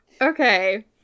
Okay